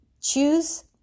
Choose